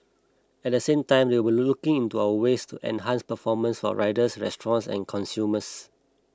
at the same time they will looking into our ways to enhance performance for riders restaurants and consumers